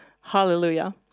Hallelujah